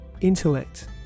intellect